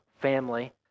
family